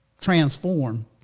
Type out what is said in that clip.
transform